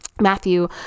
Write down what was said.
Matthew